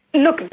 look,